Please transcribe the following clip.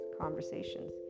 conversations